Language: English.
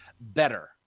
better